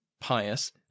pious